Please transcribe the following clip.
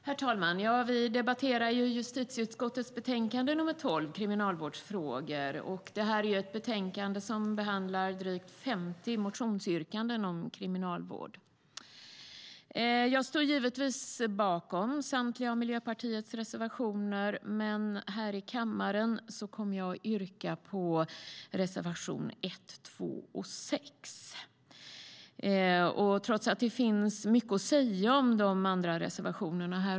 Herr talman! Vi debatterar justitieutskottets betänkande 12 Kriminalvårdsfrågor . Det är ett betänkande som behandlar drygt 50 motionsyrkanden om kriminalvård. Jag står givetvis bakom samtliga Miljöpartiets reservationer. Här i kammaren yrkar jag bifall till reservationerna 1, 2 och 6, trots att det finns mycket att säga om de andra reservationerna.